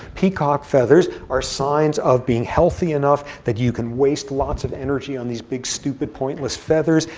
peacock feathers are signs of being healthy enough that you can waste lots of energy on these big stupid pointless feathers.